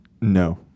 No